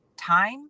time